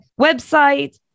website